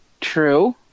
True